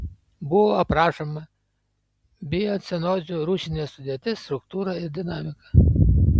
buvo aprašoma biocenozių rūšinė sudėtis struktūra ir dinamika